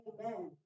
Amen